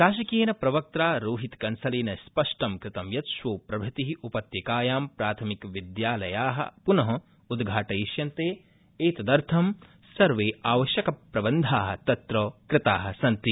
शासकीयेन प्रवक्त्रा रोहित कंसलेन स्पष्ट कृतं यत् श्वो प्रभृति उपत्यकायां प्राथमिकविद्यालया पुन उद्घाटयिष्यन्ते एतदर्थं सर्वेऽऽवश्यकप्रबन्धा तत्र कृता सन्ति